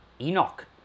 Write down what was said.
Enoch